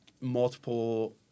multiple